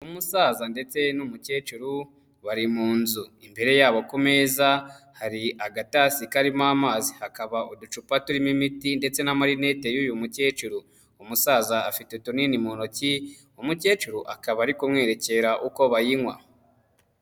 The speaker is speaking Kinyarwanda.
Umusaza ndetse n'umukecuru bari mu nzu, imbere yabo ku meza hari agatasi karimo amazi, hakaba uducupa turimo imiti ndetse n'amarinete y'uyu mukecuru, umusaza afite tunini mu ntoki umukecuru akaba ari kumwerekera uko bayinywa.